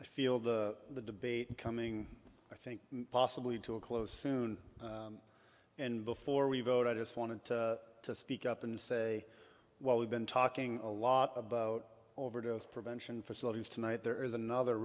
i feel the debate coming i think possibly to a close soon and before we vote i just want to speak up and say well we've been talking a lot about overdose prevention facilities tonight there is another